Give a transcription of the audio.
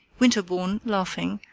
winterbourne, laughing,